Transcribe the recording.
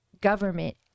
government